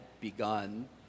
begun